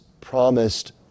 promised